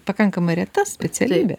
pakankamai reta specialybė